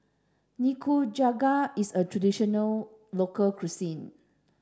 Nikujaga is a traditional local cuisine